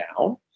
down